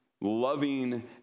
loving